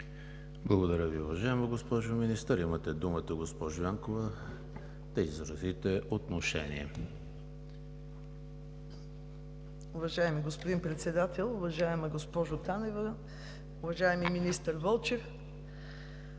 Благодаря Ви, уважаема госпожо Министър.